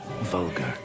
vulgar